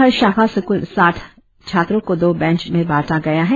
हर शाखा से क्ल साठ छात्रों को दो बैच में बंटा गया है